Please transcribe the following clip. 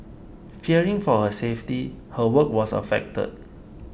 fearing for her safety her work was affected